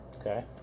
Okay